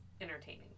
entertaining